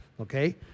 okay